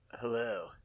Hello